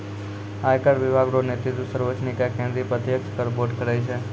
आयकर विभाग रो नेतृत्व सर्वोच्च निकाय केंद्रीय प्रत्यक्ष कर बोर्ड करै छै